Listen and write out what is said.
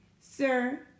Sir